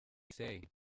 say